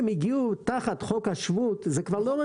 הגיעו תחת חוק השבות, זה כבר לא רלבנטי.